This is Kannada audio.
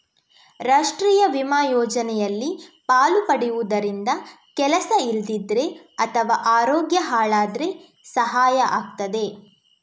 ರಾಷ್ಟೀಯ ವಿಮಾ ಯೋಜನೆಯಲ್ಲಿ ಪಾಲು ಪಡೆಯುದರಿಂದ ಕೆಲಸ ಇಲ್ದಿದ್ರೆ ಅಥವಾ ಅರೋಗ್ಯ ಹಾಳಾದ್ರೆ ಸಹಾಯ ಆಗ್ತದೆ